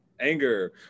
Anger